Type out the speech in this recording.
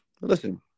Listen